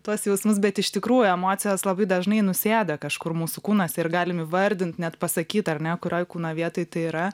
tuos jausmus bet iš tikrų emocijos labai dažnai nusėda kažkur mūsų kūnuose ir galim įvardint net pasakyt ar ne kurioj kūno vietoj tai yra